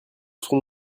serons